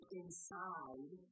inside